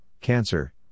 cancer